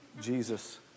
Jesus